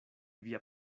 via